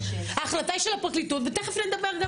ההחלטה היא של הפרקליטות ותיכף נדבר גם